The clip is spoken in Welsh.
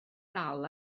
dal